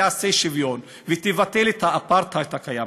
תעשה שוויון ותבטל את האפרטהייד הקיים,